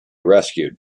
rescued